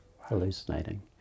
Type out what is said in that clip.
hallucinating